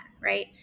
right